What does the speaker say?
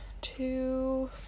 two